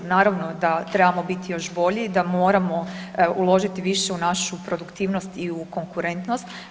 Naravno da trebamo biti još bolji, da moramo uložiti više u našu produktivnost i u konkurentnost.